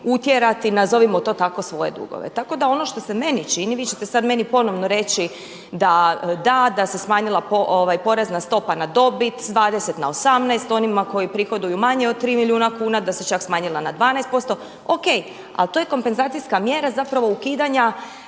utjerati nazovimo to tako svoje dugove. Tako da ono što se meni čini, vi ćete sad meni ponovno reći da, da se smanjila porezna stopa na dobit s 20 na 18 onima koji prihoduju manje od 3 milijuna kuna, da se čak smanjila na 12% ok ali to je kompenzacijska mjera zapravo ukidanja